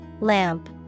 Lamp